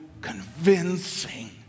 convincing